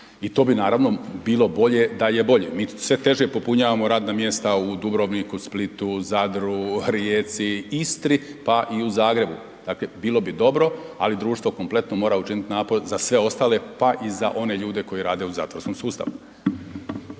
i to bi naravno bilo bolje da je bolje, mi sve teže popunjavamo radna mjesta u Dubrovniku, Splitu, Zadru, Rijeci, Istri pa i u Zagrebu. Dakle bilo bi dobro ali društvo kompletno mora učiniti napore za sve ostale pa i za one ljude koju rade u zatvorskom sustavu.